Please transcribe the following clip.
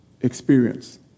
experience